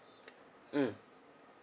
mm